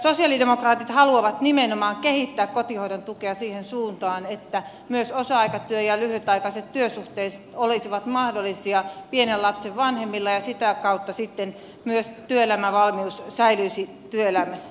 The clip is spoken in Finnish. sosialidemokraatit haluavat nimenomaan kehittää kotihoidon tukea siihen suuntaan että myös osa aikatyö ja lyhytaikaiset työsuhteet olisivat mahdollisia pienen lapsen vanhemmilla ja sitä kautta sitten myös työelämävalmius säilyisi työelämässä